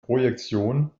projektion